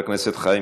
חבר הכנסת בהלול,